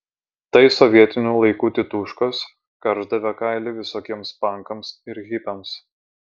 tai sovietinių laikų tituškos karšdavę kailį visokiems pankams ir hipiams